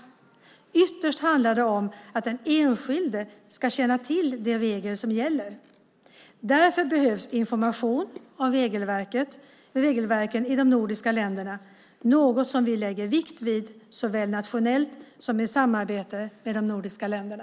Ytterst handlar det om att den enskilde ska känna till de regler som gäller. Därför behövs information om regelverken i de nordiska länderna - något som vi lägger vikt vid såväl nationellt som i samarbetet med de nordiska länderna.